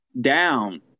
Down